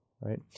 right